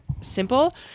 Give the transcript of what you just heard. simple